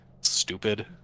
stupid